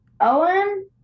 Owen